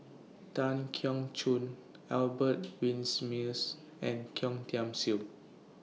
Tan Keong Choon Albert Winsemius and Yeo Tiam Siew